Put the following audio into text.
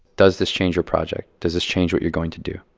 does this change your project? does this change what you're going to do?